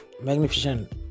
magnificent